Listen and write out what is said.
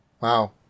wow